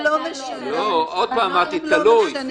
עוד פעם, אמרתי תלוי.